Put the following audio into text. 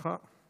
בשמחה.